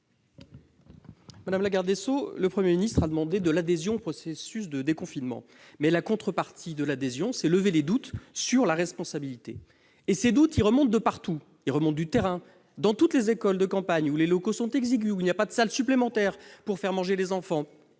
Madame la garde des sceaux, le Premier ministre a demandé de l'adhésion au processus de déconfinement. En contrepartie de cette adhésion, il vous faut lever les doutes sur la responsabilité. Ces doutes remontent de partout sur le terrain, au sujet des écoles de campagne dont les locaux sont exigus et qui n'ont pas de salle supplémentaire pour faire manger les enfants,